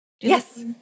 Yes